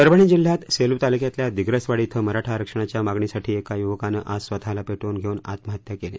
परभणी जिल्ह्यात सेलू तालुक्यातल्या दिग्रसवाडी धिं मराठा आरक्षणाच्या मागणीसाठी एका युवकानं आज स्वतःला पेटवून घेऊन आत्महत्या केली